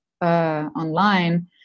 online